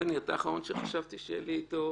בני, אתה האחרון שחשבתי שיהיה לי איתו